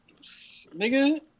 nigga